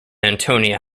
antonia